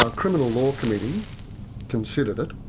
ah criminal law committee considered it.